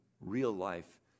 real-life